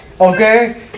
Okay